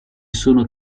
sono